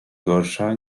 gorsza